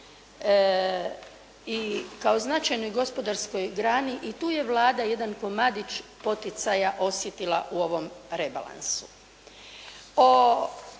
i kao značajnoj gospodarskoj grani i tu je Vlada jedan komadić poticaja osjetila u ovom rebalansu.